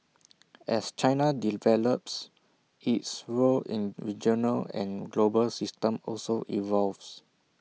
as China develops its role in regional and global system also evolves